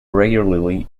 regularly